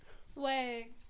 Swag